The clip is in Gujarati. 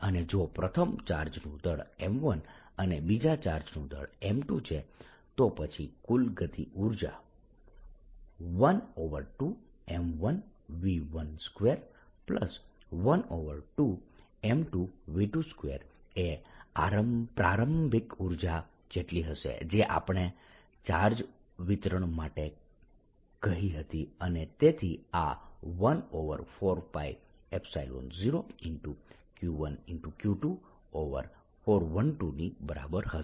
અને જો પ્રથમ ચાર્જનું દળ m1 અને બીજા ચાર્જનું દળ m2 છે તો પછી કુલ ગતિ ઊર્જા 12 m1v12 12 m2v22 એ આ પ્રારંભિક ઊર્જા જેટલી હશે જે આપણે આપણે ચાર્જ વિતરણ માટે કહી હતી અને તેથી આ 14π0Q1Q2r12 ની બરાબર હશે